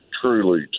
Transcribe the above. Truly